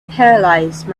paralysed